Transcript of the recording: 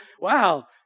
wow